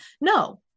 no